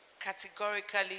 categorically